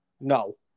No